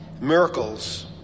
miracles